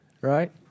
Right